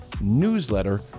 newsletter